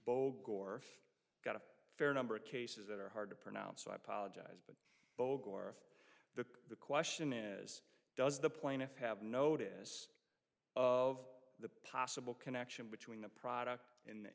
bogor got a fair number of cases that are hard to pronounce so i apologize but bogor the question is does the plaintiff have notice of the possible connection between the product and